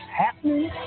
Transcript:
happening